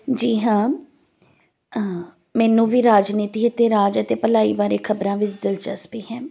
ਜੀ ਹਾਂ ਮੈਨੂੰ ਵੀ ਰਾਜਨੀਤੀ ਅਤੇ ਰਾਜ ਅਤੇ ਭਲਾਈ ਬਾਰੇ ਖ਼ਬਰਾਂ ਵਿੱਚ ਦਿਲਚਸਪੀ ਹੈ